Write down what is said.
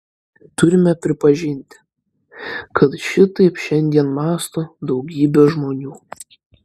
turime pripažinti kad šitaip šiandien mąsto daugybė žmonių